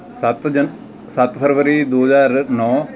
ਸੱਤ ਜਨ ਸੱਤ ਫਰਵਰੀ ਦੋ ਹਜ਼ਾਰ ਨੌ